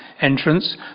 entrance